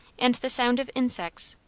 and the sound of insects,